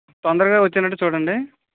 తొందరగా వచ్చేటట్టు చూడండి